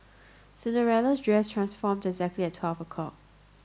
Cinderella's dress transformed exactly at twelve o' clock